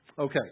Okay